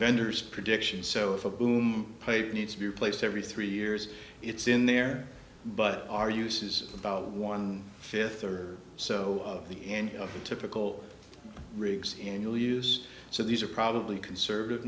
vendors prediction so if a boom plate needs to be replaced every three years it's in there but our use is about one fifth or so of the end of the typical rigs and you'll use so these are probably conservative